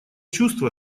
чувство